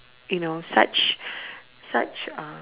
you know such such uh